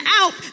out